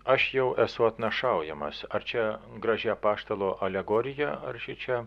aš jau esu atnašaujamas ar čia graži apaštalo alegorija ar šičia